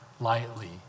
lightly